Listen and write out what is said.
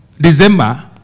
December